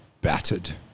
battered